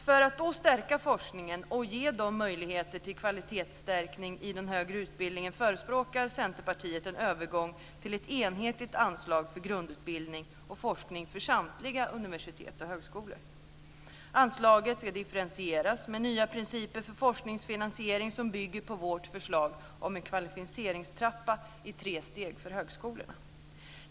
För att då stärka forskningen och ge möjligheter till kvalitetsstärkning i den högre utbildningen förespråkar Centerpartiet en övergång till ett enhetligt anslag för grundutbildning och forskning för samtliga universitet och högskolor. Anslaget ska differentieras med nya principer för forskningsfinansiering som bygger på vårt förslag om en kvalificeringstrappa i tre steg för högskolorna.